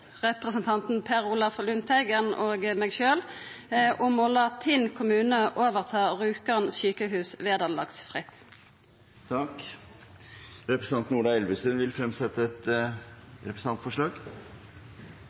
Representanten Per Olaf Lundteigen vil fremsette et representantforslag.